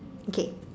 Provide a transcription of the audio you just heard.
okay